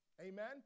Amen